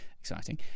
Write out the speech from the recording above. exciting